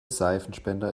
seifenspender